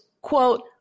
quote